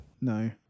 No